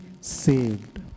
saved